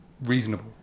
Reasonable